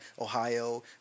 Ohio